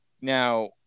Now